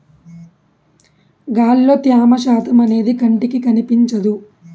గాలిలో త్యమ శాతం అనేది కంటికి కనిపించదు